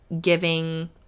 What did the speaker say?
giving